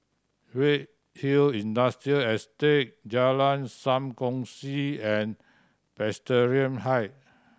Redhill Industrial Estate Jalan Sam Kongsi and Presbyterian High